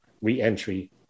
re-entry